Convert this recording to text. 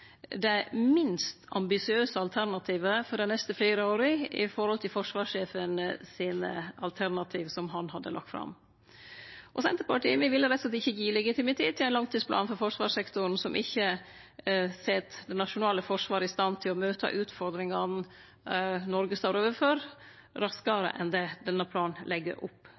det minst ambisiøse alternativet for dei neste fire åra i forhold til alternativet som forsvarssjefen hadde lagt fram. Senterpartiet ville rett og slett ikkje gje legitimitet til ein langtidsplan for forsvarssektoren som ikkje set det nasjonale forsvaret i stand til å møte utfordringane Noreg står overfor, raskare enn det denne planen legg opp